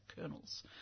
kernels